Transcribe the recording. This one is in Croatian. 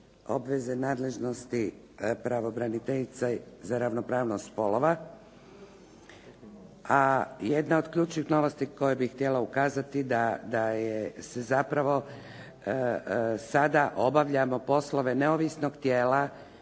obveze, nadležnosti pravobraniteljice za ravnopravnost spolova. A jedna od ključnih novosti koje bih htjela ukazati da zapravo sada obavljamo poslove neovisnog tijela